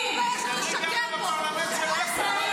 אין פגיעה בחפים מפשע.